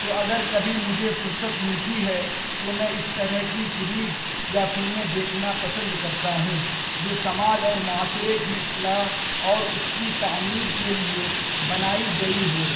تو اگر کبھی مجھے فرصت ملتی ہے تو میں اس طرح کی سیریز یا فلمیں دیکھنا پسند کرتا ہوں جو سماج اور معاشرے کی اصلاح اور اس کی تعمیر کے لیے بنائی گئی ہو